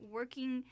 working